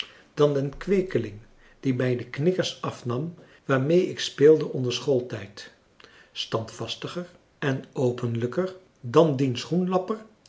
en kennissen kweekeling die mij de knikkers afnam waarmee ik speelde onder schooltijd standvastiger en openlijker dan dien schoenlapper